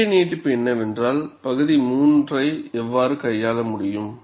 இயற்கை நீட்டிப்பு என்னவென்றால் பகுதி 3 ஐ எவ்வாறு கையாள முடியும்